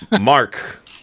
Mark